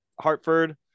Hartford –